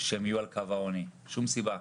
שהם יהיו על קו העוני, שום סיבה.